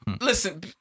Listen